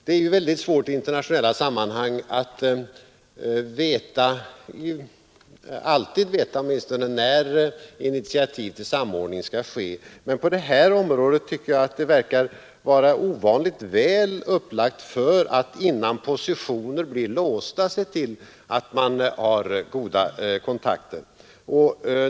Det är svårt i internationella sammanhang att alltid veta när initiativ till samordning skall tas. Men på detta område tycker jag det verkar vara ovanligt väl upplagt för att, innan positionerna blir låsta, se till att man har goda kontakter.